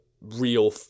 real